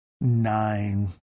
nine